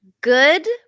good